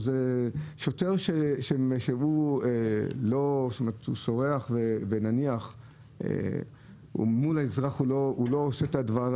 שוטר שהוא סורח ונניח מול האזרח הוא לא עושה את הדבר,